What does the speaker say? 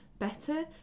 Better